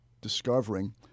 discovering